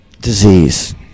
disease